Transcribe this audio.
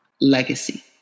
legacy